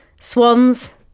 Swans